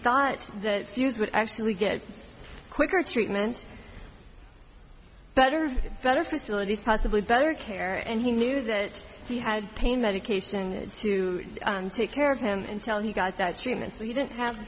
thought that use would actually get quicker treatment but or better facilities possibly better care and he knew that he had pain medication to take care of him until he got that treatment so you didn't have